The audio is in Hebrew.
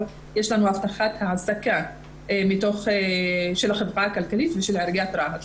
הבטחת העסקה של החברה הכלכלית ושל עיריית רהט.